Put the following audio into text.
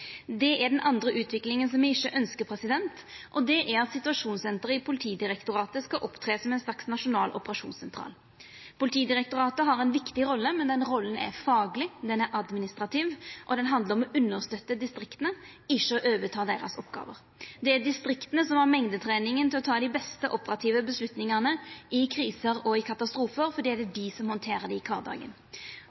Det er den andre utviklinga som me ikkje ønskjer, at situasjonssenteret i Politidirektoratet skal opptre som ein slags nasjonal operasjonssentral. Politidirektoratet har ei viktig rolle, men den rolla er fagleg, den er administrativ, og den handlar om å understøtta distrikta, ikkje om å overta deira oppgåver. Det er distrikta som har mengdetreninga til å ta dei beste operative avgjerdene i kriser og i katastrofar, fordi det er dei som handterer dei i kvardagen.